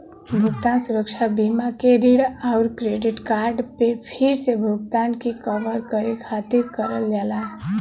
भुगतान सुरक्षा बीमा के ऋण आउर क्रेडिट कार्ड पे फिर से भुगतान के कवर करे खातिर करल जाला